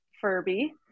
Furby